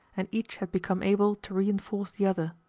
and each had become able to reinforce the other.